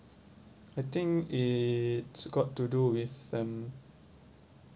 I think it's got to do with um